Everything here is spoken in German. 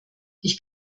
ich